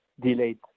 delayed